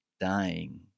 dying